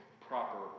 proper